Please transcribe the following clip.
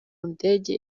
ndege